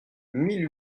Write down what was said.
mille